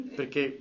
perché